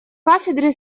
кафедре